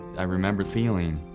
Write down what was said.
i remember feeling,